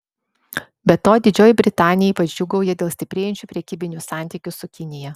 be to didžioji britanija ypač džiūgauja dėl stiprėjančių prekybinių santykių su kinija